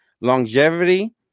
longevity